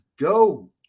go